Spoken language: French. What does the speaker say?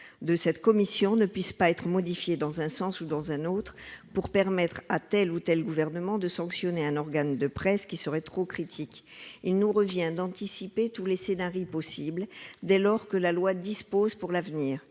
de cette commission ne puisse être modifiée dans un sens ou dans un autre, pour permettre à tel ou tel gouvernement de sanctionner un organe de presse qui serait trop critique. Il nous revient d'anticiper tous les scénarii possibles, dès lors que la loi dispose pour l'avenir.